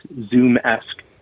Zoom-esque